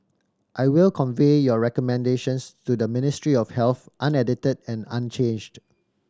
I will convey your recommendations to the Ministry of Health unedited and unchanged